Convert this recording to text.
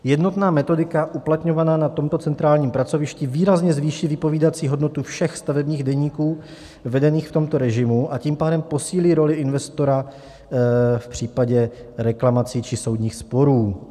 Jednotná metodika uplatňovaná na tomto centrálním pracovišti výrazně zvýší vypovídací hodnotu všech stavebních deníků vedených v tomto režimu, a tím pádem posílí roli investora v případě reklamací či soudních sporů.